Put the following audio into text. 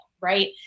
right